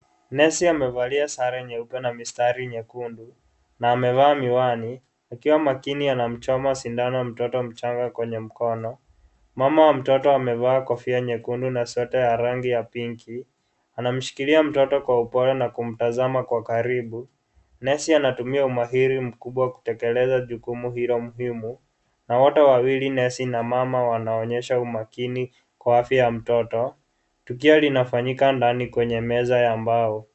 Nesi amevalia sare nyeupe na misatari nyekundu na amevaa miwani akiwa makini anamchoma sindano mtoto mchanga kwenye mkono . Mama wa mtoto amevaa kofia nyekundu na sweta ya rangi ya pinki , anamshikilia mtoto kwa upole na kumtazama kwa karibu . Nesi anatumia umahiri mkubwa kutekeleza jukumu hilo muhimu na wote wawili nesi na mama wanaonyesha umakini kwa afya ya mtoto likiwa linafanyika ndani kwenye meza ya mbao.